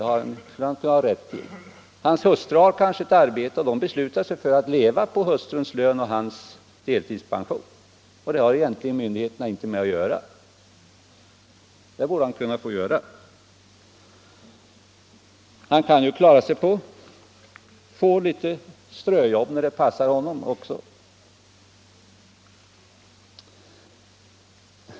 Hans hustru har kanske ett arbete, och de beslutar sig för att leva på hustruns lön och hans deltidspension, och det har myndigheterna egentligen inte med att göra. Han kan också ta något ströjobb när det passar honom.